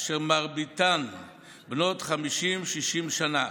אשר מרביתן בנות 50 60 שנה.